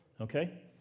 Okay